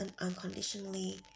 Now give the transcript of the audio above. unconditionally